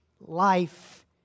life